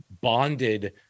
bonded